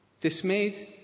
dismayed